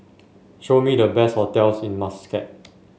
show me the best hotels in Muscat